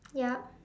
yup